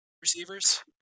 Receivers